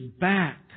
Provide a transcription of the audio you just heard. back